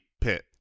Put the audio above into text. pit